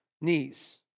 knees